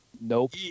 Nope